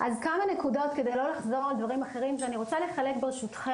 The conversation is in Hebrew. אז כמה נקודות כדי לא לחזור על דברים אחרים ואני רוצה לחלק ברשותכם,